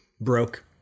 broke